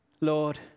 Lord